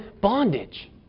bondage